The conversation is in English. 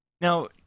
Now